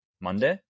Monday